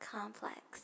Complex